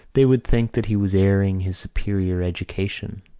they would think that he was airing his superior education.